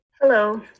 Hello